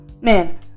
Man